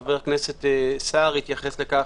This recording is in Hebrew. חבר הכנסת סער התייחס לכך.